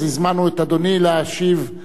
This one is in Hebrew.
אז הזמנו את אדוני להשיב,